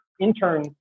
intern